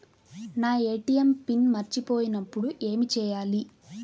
నా ATM PIN మర్చిపోయినప్పుడు ఏమి చేయాలి?